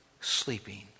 sleeping